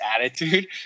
attitude